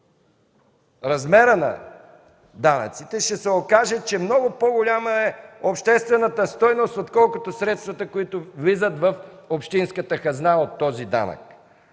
размера на данъците, ще се окаже, че много по-голяма е обществената стойност, отколкото средствата, които влизат в общинската хазна от този данък.